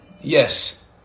Yes